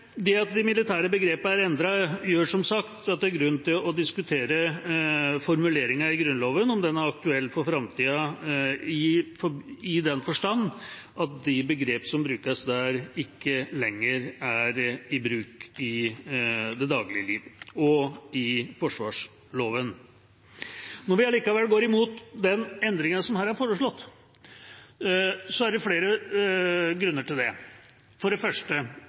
Det at de militære begrepene er endret, gjør som sagt at det er grunn til å diskutere formuleringen i Grunnloven, om den er aktuell for framtida i den forstand at de begrepene som brukes der, ikke lenger er i bruk i dagliglivet og i forsvarsloven. Når vi allikevel går imot den endringen som her er foreslått, er det flere grunner til det. For det første: